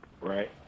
Right